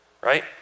Right